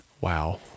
Wow